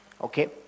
Okay